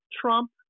Trump